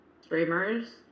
streamers